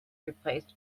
replaced